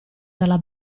dalla